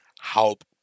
Help